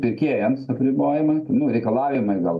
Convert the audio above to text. pirkėjams apribojamai nu reikalavimai gal